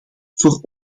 voor